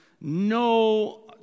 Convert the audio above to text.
no